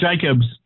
Jacobs